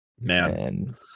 Man